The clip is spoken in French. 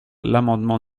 l’amendement